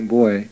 boy